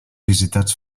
visitats